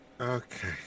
Okay